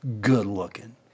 good-looking